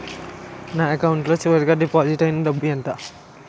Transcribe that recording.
నా అకౌంట్ లో చివరిగా డిపాజిట్ ఐనా డబ్బు ఎంత?